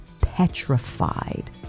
petrified